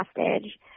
hostage